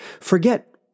Forget